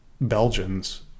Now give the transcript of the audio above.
Belgians